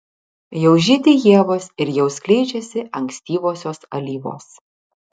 jau žydi ievos ir jau skleidžiasi ankstyvosios alyvos